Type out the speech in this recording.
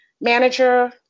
manager